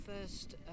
first